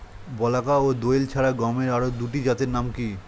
বলাকা ও দোয়েল ছাড়া গমের আরো দুটি জাতের নাম কি?